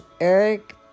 Eric